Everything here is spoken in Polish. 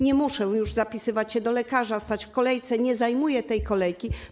Nie muszą już zapisywać się do lekarza, stać w kolejce, nie zajmują tej kolejki.